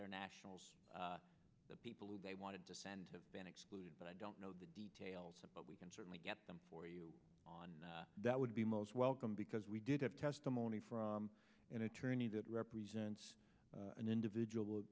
their nationals the people who they wanted to send have been excluded but i don't know the details but we can certainly get them for you on that would be most welcome because we did have testimony from an attorney that represents an individual